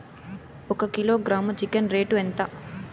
ఒక kilogram chicken rate ఎంత?